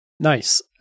Nice